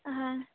ᱦᱮᱸ